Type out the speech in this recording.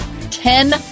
ten